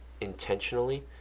intentionally